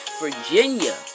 Virginia